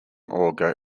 auger